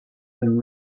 and